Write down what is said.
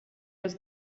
was